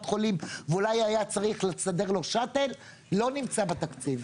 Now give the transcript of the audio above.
חולים ואולי היה צריך לסדר לו שאטל לא נמצא בתקציב.